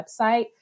website